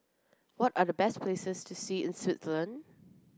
what are the best places to see in Switzerland